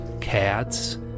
cats